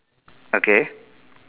okay